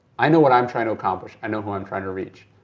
i know what i'm trying to accomplish, i know who i'm trying to reach.